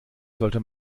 sollte